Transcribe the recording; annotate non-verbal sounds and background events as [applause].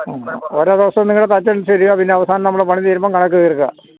ഓരോ ദിവസവും നിങ്ങളുടെ തച്ച് [unintelligible] പിന്നെ അവസാനം നമ്മുടെ പണി തീരുമ്പോള് കണക്ക് തീര്ക്കുക